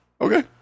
Okay